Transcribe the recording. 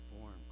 form